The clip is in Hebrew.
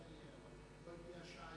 היום יום שלישי,